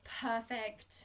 perfect